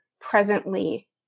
presently